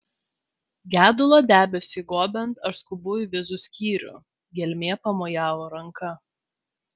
gedulo debesiui gobiant aš skubu į vizų skyrių gelmė pamojavo ranka